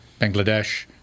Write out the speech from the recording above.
Bangladesh